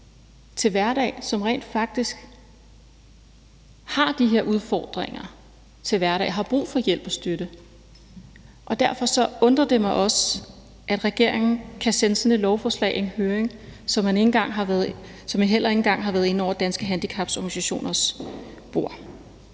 til hverdag, som rent faktisk har de her udfordringer og har brug for hjælp og støtte. Derfor undrer det mig også, at regeringen kan sende sådan et lovforslag i høring, som ikke engang har været inde over Danske Handicaporganisationers bord.